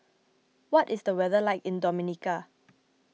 what is the weather like in Dominica